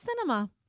cinema